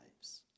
lives